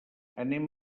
anem